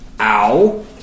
Ow